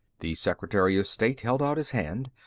the secretary of state held out his hand.